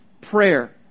prayer